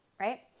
right